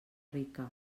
rica